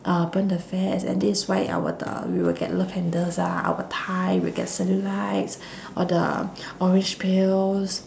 uh burn the fats and this is why our t~ uh we will get love tenders ah our thigh we'll get cellulites all the orange peel